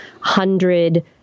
hundred